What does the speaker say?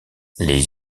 les